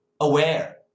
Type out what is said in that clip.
aware